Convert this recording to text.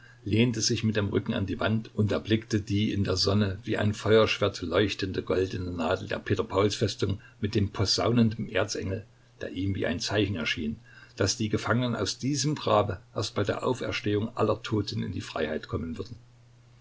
lehnte sich mit dem rücken an die wand und erblickte die in der sonne wie ein feuerschwert leuchtende goldene nadel der peter pauls festung mit dem posaunenden erzengel der ihm wie ein zeichen erschien daß die gefangenen aus diesem grabe erst bei der auferstehung aller toten in die freiheit kommen würden